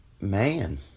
man